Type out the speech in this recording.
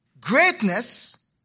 greatness